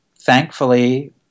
thankfully